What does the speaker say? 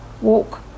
walk